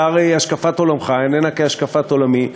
אתה, הרי, השקפת עולמך איננה כהשקפת עולמי.